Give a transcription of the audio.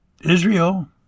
Israel